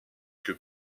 que